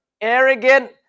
arrogant